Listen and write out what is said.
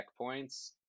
checkpoints